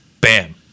Bam